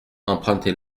empruntez